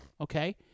Okay